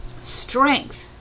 strength